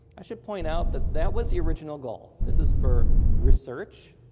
i should point out that that was the original goal. this is for research.